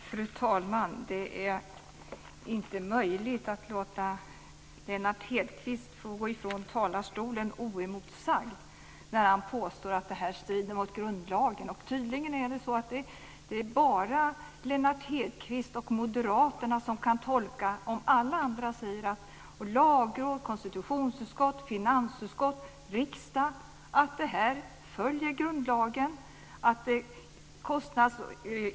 Fru talman! Det är inte möjligt att låta Lennart Hedquist gå från talarstolen oemotsagd när han påstår att systemet strider mot grundlagen. Det är tydligen bara Lennart Hedquist och moderaterna som kan tolka den. Alla andra - Lagrådet, konstitutionsutskottet, finansutskottet och riksdagen - säger att det följer grundlagen.